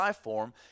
form